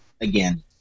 again